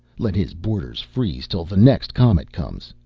let his boarders freeze till the next comet comes.